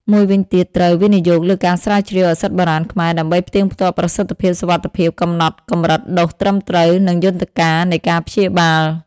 មួយវិញទៀតត្រូវ វិនិយោគលើការស្រាវជ្រាវឱសថបុរាណខ្មែរ ដើម្បីផ្ទៀងផ្ទាត់ប្រសិទ្ធភាព សុវត្ថិភាព កំណត់កម្រិតដូសត្រឹមត្រូវ និងយន្តការនៃការព្យាបាល។